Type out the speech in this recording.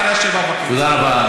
אחרי 19:30. תודה רבה.